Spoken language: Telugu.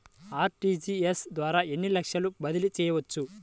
అర్.టీ.జీ.ఎస్ ద్వారా ఎన్ని లక్షలు బదిలీ చేయవచ్చు?